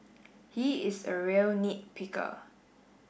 he is a real nit picker